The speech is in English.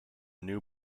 new